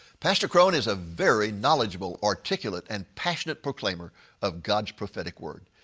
pastor crone is a very knowledgeable, articulate and passionate proclaimer of god's prophetic word.